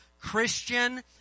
Christian